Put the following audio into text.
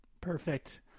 Perfect